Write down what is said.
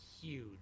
huge